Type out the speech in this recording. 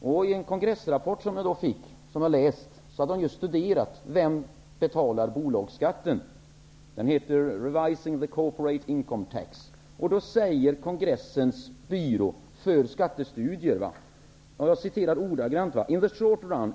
Av en kongressrapport som jag fått och som jag läst framgår att man har studerat just frågan om vem som betalar bolagsskatten.